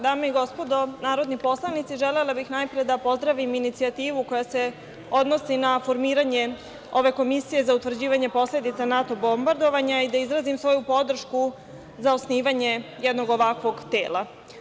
Dame i gospodo narodni poslanici, želela bih najpre da pozdravim inicijativu koja se odnosi na formiranje ove komisije za utvrđivanje posledica NATO bombardovanja i da izrazim svoju podršku za osnivanje jednog ovakvog tela.